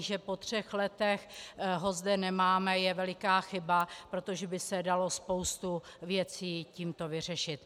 Že po třech letech ho zde nemáme, je veliká chyba, protože by se dalo spoustu věcí tímto vyřešit.